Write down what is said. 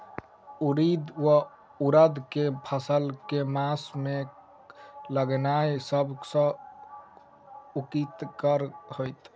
उड़ीद वा उड़द केँ फसल केँ मास मे लगेनाय सब सऽ उकीतगर हेतै?